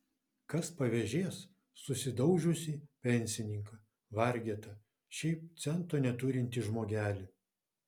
kas pavėžės susidaužiusį pensininką vargetą šiaip cento neturintį žmogelį